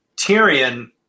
Tyrion